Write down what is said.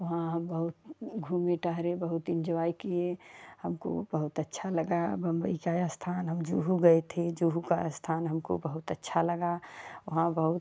वहाँ हम बहुत घूमे टहले बहुत इंजॉय किए हमको बहुत अच्छा लगा बंबई का ये स्थान हम जुहू गए थे जुहू का स्थान हमको बहुत अच्छा लगा वहाँ बहुत